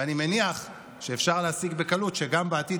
ואני מניח שאפשר להסיק בקלות שגם בעתיד,